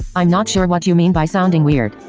i'm not sure what you mean by sounding weird.